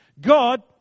God